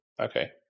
Okay